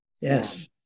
yes